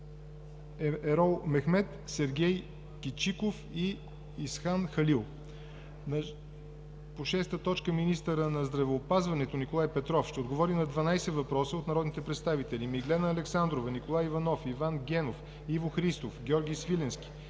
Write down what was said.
Ерол Мехмед, Сергей Кичиков и Ихсан Халил. По шеста точка Министърът на здравеопазването Николай Петров ще отговори на 12 въпроса от народните представители Миглена Александрова; Николай Иванов и Иван Генов; Иво Христов; Георги Свиленски